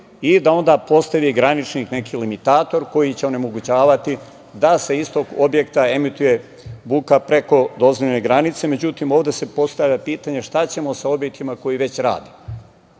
i da onda postavi graničnik, neki limitator, koji će onemogućavati da sa istog objekta emituje buka preko dozvoljene granice, međutim ovde se postavlja pitanja šta ćemo sa objektima koji već rade? Ja